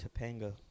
Topanga